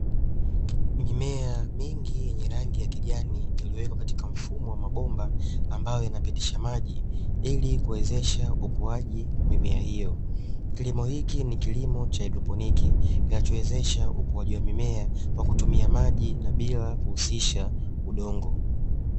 Mimea mingi yenye rangi ya kijani iliyowekwa katika mfumo wa mabomba ambayo inapitisha maji ili kuwezesha ukuaji mimea hiyo. Kilimo hiki ni kilimo cha haidroponiki kinachowezesha ukuaji wa mimea kwa kutumia maji na bila kuhusisha udongo.